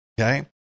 Okay